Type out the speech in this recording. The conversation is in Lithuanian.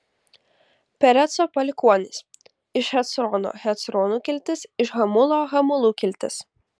pereco palikuonys iš hecrono hecronų kiltis iš hamulo hamulų kiltis